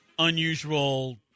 Unusual